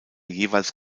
jeweils